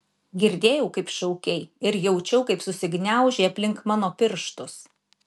girdėjau kaip šaukei ir jaučiau kaip susigniaužei aplink mano pirštus